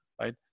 right